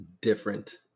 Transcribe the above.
different